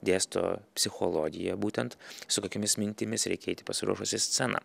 dėsto psichologiją būtent su kokiomis mintimis reikia eiti pasiruošus į sceną